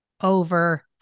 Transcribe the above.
over